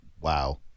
Wow